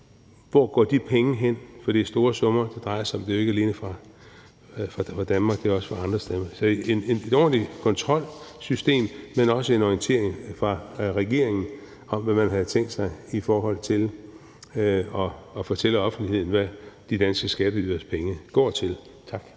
hvor de penge går hen, for det er store summer, det drejer sig om – det er jo ikke alene fra Danmark, det er også fra andre steder – så altså et ordentligt kontrolsystem, men også en orientering fra regeringen om, hvad man havde tænkt sig i forhold til at fortælle offentligheden, hvad de danske skatteyderes penge går til. Tak.